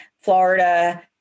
Florida